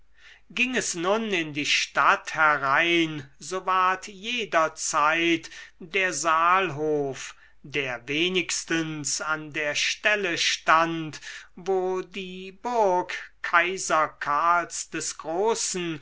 ging es nun in die stadt herein so ward jederzeit der saalhof der wenigstens an der stelle stand wo die burg kaiser karls des großen